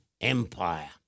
Empire